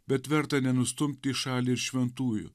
bet verta nenustumti į šalį ir šventųjų